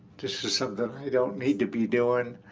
this is something i don't need to be doing.